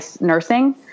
nursing